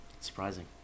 surprising